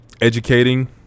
educating